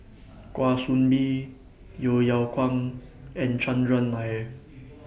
Kwa Soon Bee Yeo Yeow Kwang and Chandran Nair